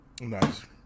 Nice